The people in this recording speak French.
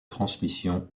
transmission